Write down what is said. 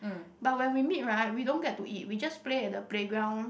but when we meet right we don't get to eat we just play at the playground